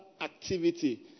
activity